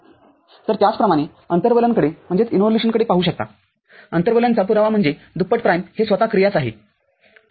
तर त्याचप्रकारे आपण अंतर्वलनकडे पाहू शकता अंतर्वलनचापुरावा म्हणजे दुप्पट प्राईम हे स्वतः क्रियाच आहेठीक आहे